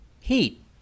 heat